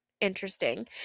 interesting